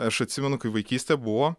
aš atsimenu kai vaikystė buvo